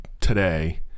today